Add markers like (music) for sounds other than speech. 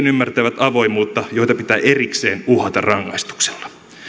(unintelligible) ymmärtävät nekin joita pitää erikseen uhata rangaistuksella